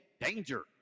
danger